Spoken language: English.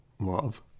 love